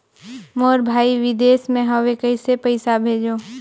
मोर भाई विदेश मे हवे कइसे पईसा भेजो?